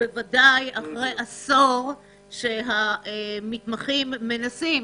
בוודאי אחרי עשור שהמתמחים מנסים